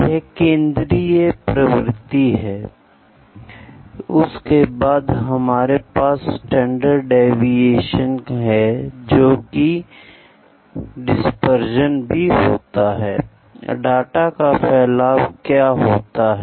यह केंद्रीय प्रवृत्ति है I उसके बाद हमारे पास स्टैंडर्ड डेविएशन है जो कि डिस्पर्शन भी होती है I डाटा का फैलाव क्या होता है